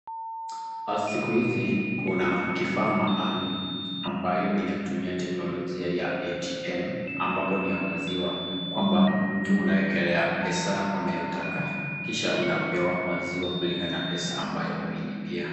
Siku Hizi Kuna kifaa maalum ambayo inatumia teknolojia ya ATM ambapo ni ya maziwa kwamba mtu unawekelea pesa unayotaka kisha unapewa maziwa kulingana na pesa ambayo umeilipia.